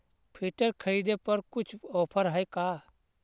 Filter खरिदे पर कुछ औफर है का?